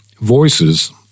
voices